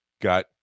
got